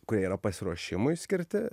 kurie yra pasiruošimui skirti